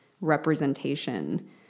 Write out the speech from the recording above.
representation